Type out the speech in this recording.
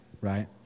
right